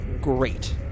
Great